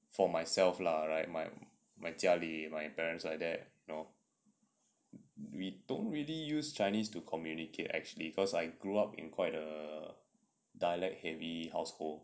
for myself lah right my 家里 my parents my dad we don't really use chinese to communicate actually cause I grew up in quite a dialect heavy household